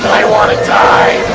wanna die!